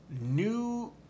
new